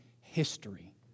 history